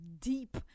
deep